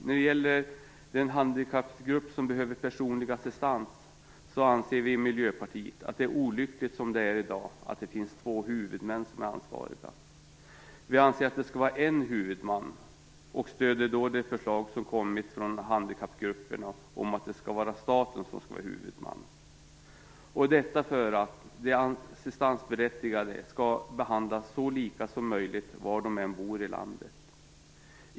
När det gäller den handikappgrupp som behöver personlig assistans så anser vi i Miljöpartiet att det är olyckligt som det är i dag att det finns två huvudmän som är ansvariga. Vi anser att det skall vara en huvudman och stöder då det förslag som kommit från handikappgrupperna om att staten skall vara huvudman, detta för att de assistansberättigade skall behandlas så lika som möjligt var de än bor i landet.